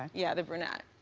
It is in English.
yeah, the brunette.